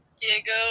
Diego